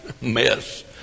mess